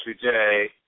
today